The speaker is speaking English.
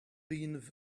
been